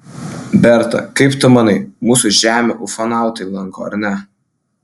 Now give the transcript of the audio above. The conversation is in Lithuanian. berta kaip tu manai mūsų žemę ufonautai lanko ar ne